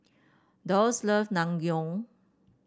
Dwyanes love Naengmyeon